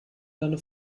deine